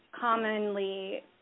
commonly